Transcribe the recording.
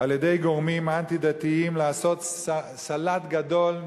על-ידי גורמים אנטי-דתיים לעשות סלט גדול,